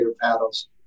paddles